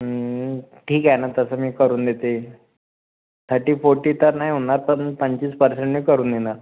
ठीक आहे ना तसं मी करून देते थर्टी फोर्टी तर नाही होणार पण पंचवीस परसेंटनी करून देणार